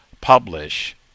publish